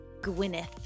Gwyneth